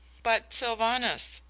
but, sylvanus,